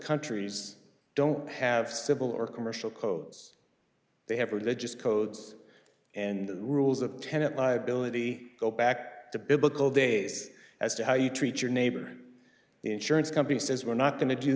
countries don't have civil or commercial codes they have religious codes and rules of tenet liability go back to biblical days as to how you treat your neighbors insurance company says we're not go